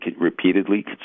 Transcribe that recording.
repeatedly